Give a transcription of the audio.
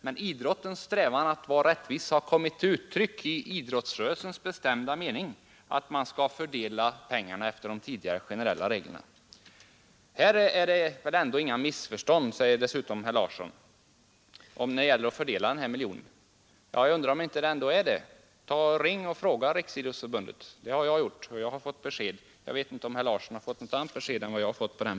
Men idrottens strävan att vara rättvis har kommit till uttryck i idrottsrörelsens bestämda mening att man skall fördela pengarna efter de tidigare generella reglerna. Det föreligger väl inga missförstånd när det gäller fördelningen av denna miljon, säger herr Larsson. Jag undrar om det inte gör det. Ring och fråga dem som ansvarar för denna verksamhet inom Riksidrottsförbundet — det har jag gjort och jag har fått besked. Jag vet inte om herr Larsson har fått något annat besked än jag har fått.